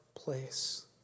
place